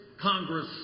Congress